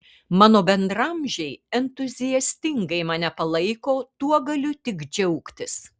mano bendraamžiai entuziastingai mane palaiko tuo galiu tik džiaugtis